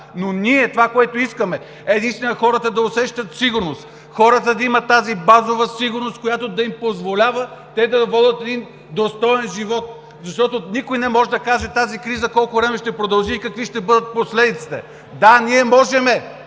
но това, което искаме ние, е наистина хората да усещат сигурност, хората да имат тази базова сигурност, която да им позволява да водят достоен живот! Защото никой не може да каже тази криза колко време ще продължи и какви ще бъдат последиците! (Оживление